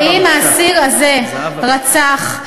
האם האסיר הזה רצח,